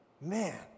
Man